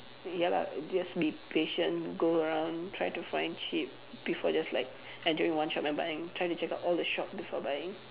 ya lah just be patient go around try to find cheap before just like entering one shop and buying try to check out all the shop before buying